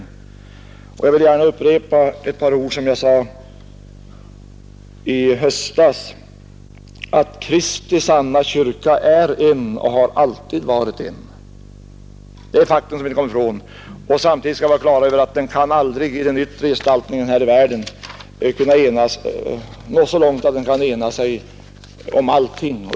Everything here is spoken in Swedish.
Jag vill också gärna upprepa ett par ord som jag då sade, nämligen att Kristi sanna kyrka är en och alltid har varit en. Det är ett faktum som vi inte kommer ifrån. Samtidigt skall vi vara på det klara med att kyrkan här i världen aldrig i sin yttre gestaltning kan nå så långt att den blir enig i allt.